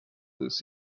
this